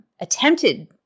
attempted